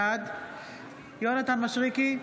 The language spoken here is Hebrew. בעד יונתן מישרקי,